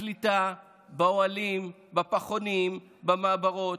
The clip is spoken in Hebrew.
הקליטה באוהלים, בפחונים, במעברות,